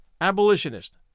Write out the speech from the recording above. abolitionist